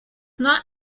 not